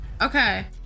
Okay